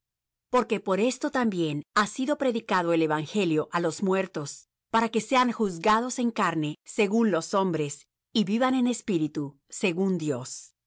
porque por esto también ha sido predicado el evangelio á los muertos para que sean juzgados en carne según los hombres y vivan en espíritu según dios